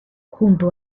junto